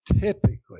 typically